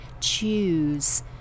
choose